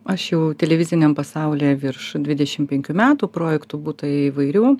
aš jau televiziniam pasaulyje virš dvidešimt metų projektų būta įvairių